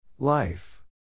Life